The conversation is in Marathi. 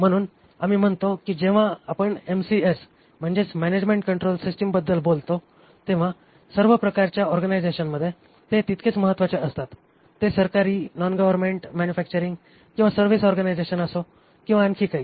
म्हणून आम्ही म्हणतो की जेव्हा आपण एमसीएस म्हणजेच मॅनॅजमेण्ट कंट्रोल सिस्टीमबद्दल बोलतो तेव्हा सर्व प्रकारच्या ऑर्गनायझेशनमध्ये ते तितकेच महत्वाचे असतात ते सरकारी नॉन गव्हर्नमेंट मॅन्युफॅक्चरिंग किंवा सर्व्हिस ऑर्गनायझेशन असो किंवा आणखी काही